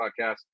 podcast